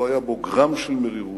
לא היה בו גרם של מרירות,